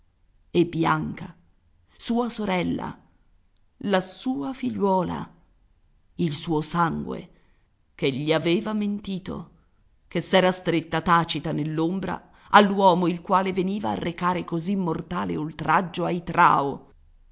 e bianca sua sorella la sua figliuola il suo sangue che gli aveva mentito che s'era stretta tacita nell'ombra all'uomo il quale veniva a recare così mortale oltraggio ai